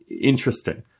interesting